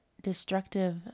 destructive